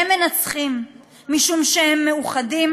והם מנצחים משום שהם מאוחדים,